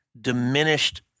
diminished